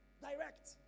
Direct